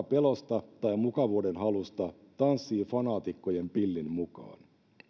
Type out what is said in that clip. pelosta tai mukavuudenhalusta tanssii fanaatikkojen pillin mukaan